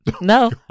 No